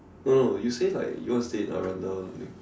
no no you say like you want to stay in Aranda or something